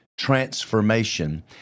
Transformation